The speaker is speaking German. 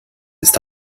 ist